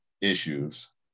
issues